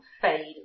fade